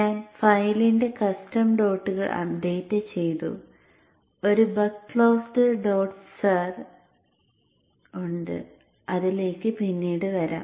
ഞാൻ ഫയലിന്റെ കസ്റ്റം ഡോട്ടുകൾ അപ്ഡേറ്റുചെയ്തു ഒരു ബക്ക് ക്ലോസ്ഡ് ഡോട്ട് സർ ഉണ്ട് അതിലേക്ക് പിന്നീട് വരാം